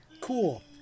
cool